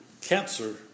cancer